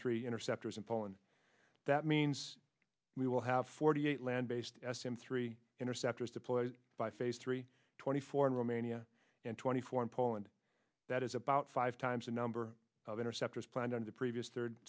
three interceptors in poland that means we will have forty eight land based s m three interceptors deployed by phase three twenty four in romania and twenty four in poland that is about five times the number of interceptors planned on the previous third